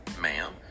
ma'am